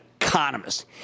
economist